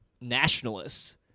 nationalists